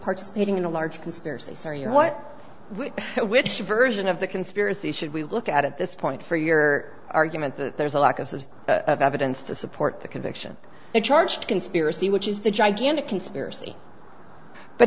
participating in a larger conspiracy what which version of the conspiracy should we look at at this point for your argument that there's a lack of evidence to support the conviction the charge conspiracy which is the gigantic conspiracy but